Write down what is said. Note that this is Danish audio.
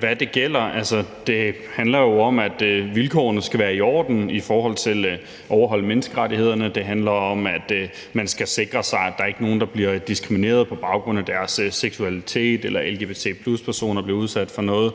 Hvad det gælder? Altså, det handler jo om, at vilkårene skal være i orden i forhold til at overholde menneskerettighederne, det handler om, at man skal sikre sig, at der ikke er nogen, der bliver diskrimineret på baggrund af deres seksualitet, eller lgbt+-personer bliver udsat for noget